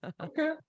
Okay